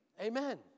Amen